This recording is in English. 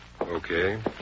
Okay